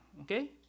Okay